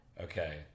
Okay